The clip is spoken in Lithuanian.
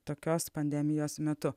tokios pandemijos metu